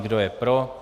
Kdo je pro?